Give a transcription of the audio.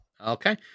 Okay